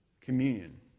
Communion